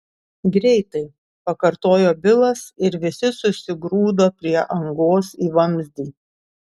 greitai pakartojo bilas ir visi susigrūdo prie angos į vamzdį